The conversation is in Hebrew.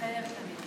מתחייבת אני